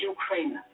Ukraine